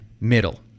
middle